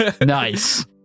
nice